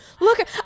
look